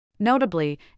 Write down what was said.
Notably